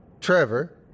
Trevor